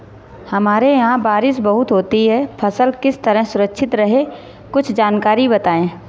हमारे यहाँ बारिश बहुत होती है फसल किस तरह सुरक्षित रहे कुछ जानकारी बताएं?